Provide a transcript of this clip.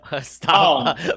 Stop